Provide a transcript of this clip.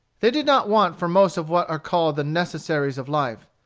they did not want for most of what are called the necessaries of life.